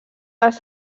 les